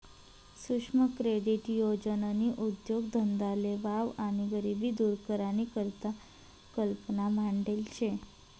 सुक्ष्म क्रेडीट योजननी उद्देगधंदाले वाव आणि गरिबी दूर करानी करता कल्पना मांडेल शे